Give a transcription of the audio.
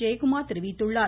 ஜெயக்குமார் தெரிவித்துள்ளார்